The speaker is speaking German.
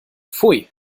pfui